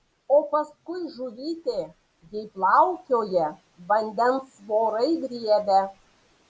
o paskui žuvytė jei plaukioja vandens vorai griebia